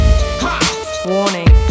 warning